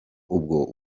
ubwo